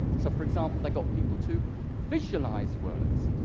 so for example, they got people to visualize words,